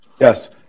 Yes